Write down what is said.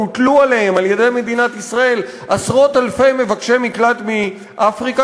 והוטלו עליהן על-ידי מדינת ישראל עשרות-אלפי מבקשי מקלט מאפריקה,